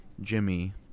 Jimmy –